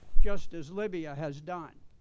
just as libya has done.